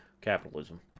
capitalism